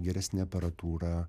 geresnė aparatūra